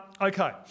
Okay